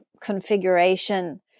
configuration